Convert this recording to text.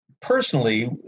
personally